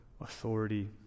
authority